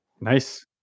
Nice